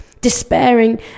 Despairing